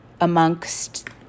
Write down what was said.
amongst